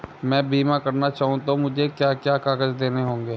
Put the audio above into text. मैं बीमा करना चाहूं तो मुझे क्या क्या कागज़ देने होंगे?